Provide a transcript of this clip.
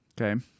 Okay